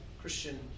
Christian